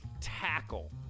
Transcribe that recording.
tackle